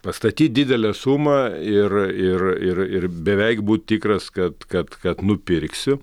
pastatyt didelę sumą ir ir ir ir beveik būt tikras kad kad kad nupirksiu